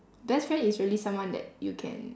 best friend is really someone that you can